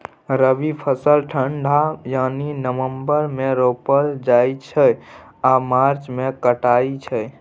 रबी फसल ठंढा यानी नवंबर मे रोपल जाइ छै आ मार्च मे कटाई छै